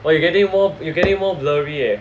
!wah! you getting more you getting more blurry eh